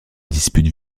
dispute